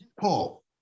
Paul